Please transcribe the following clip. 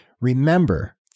Remember